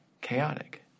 chaotic